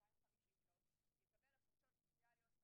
יקבל הפרשות סוציאליות,